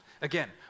Again